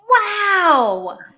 Wow